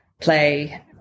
play